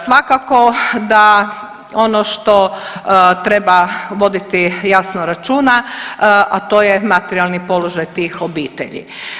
Svakako da ono što treba voditi jasno računa, a to je materijalni položaj tih obitelji.